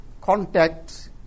contact